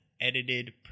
edited